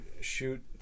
shoot